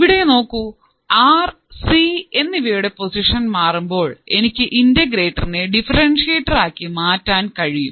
ഇവിടെ നോക്കൂ R C എന്നിവയുടെ പൊസിഷൻ മാറുമ്പോൾ എനിക്ക് ഇന്റഗ്രേറ്ററിനെ ഡിഫറെൻഷ്യറ്റർ ആക്കി മാറ്റാൻ കഴിയും